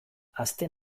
aste